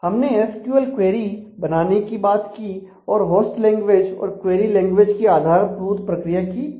हमने SQL query बनाने की बात की और होस्ट लैंग्वेज और क्वेरी लैंग्वेज की आधारभूत प्रक्रिया की बात की